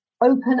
open